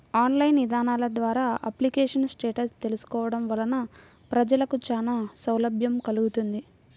online ఇదానాల ద్వారా application status తెలుసుకోవడం వలన ప్రజలకు చానా సౌలభ్యం కల్గుతుంది